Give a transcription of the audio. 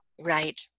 Right